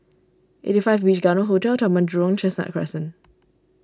eight five Beach Garden Hotel Taman Jurong Chestnut Crescent